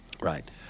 Right